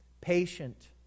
patient